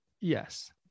Yes